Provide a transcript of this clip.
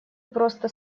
просто